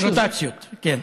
רוטציות, כן.